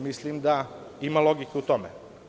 Mislim da ima logike u tome.